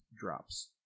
drops